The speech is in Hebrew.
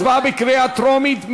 הצבעה בקריאה טרומית.